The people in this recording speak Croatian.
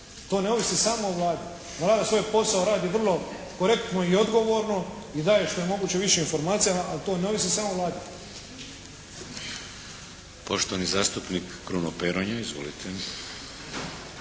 to ne ovisi samo o Vladi. Vlada svoj posao radi vrlo korektno i odgovorno i daje što je moguće više informacija ali to ne ovisi samo o Vladi. **Šeks, Vladimir (HDZ)** Poštovani zastupnik Kruno Peronja. Izvolite.